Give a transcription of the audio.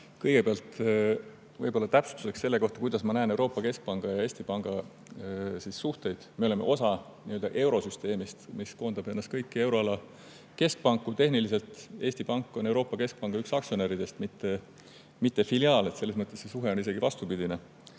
Kõigepealt ma võib-olla täpsustan, kuidas ma näen Euroopa Keskpanga ja Eesti Panga suhteid. Me oleme osa eurosüsteemist, mis koondab kõiki euroala keskpanku. Tehniliselt on Eesti Pank üks Euroopa Keskpanga aktsionäridest, mitte filiaal. Selles mõttes see suhe on isegi vastupidine.